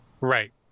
Right